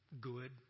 good